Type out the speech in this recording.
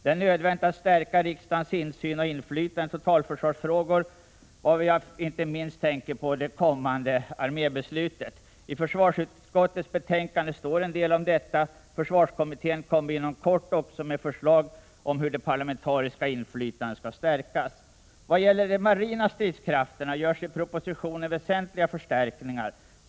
Det är nödvändigt att stärka riksdagens insyn och inflytande i totalförsvarsfrågor, varvid jag inte minst tänker på det kommande armébeslutet. I försvarsutskottets betänkande står en del om detta. Försvarskommittén kommer också inom kort med förslag om hur det parlamentariska inflytandet skall stärkas. Vad gäller de marina stridskrafterna görs i propositionen väsentliga förstärkningar.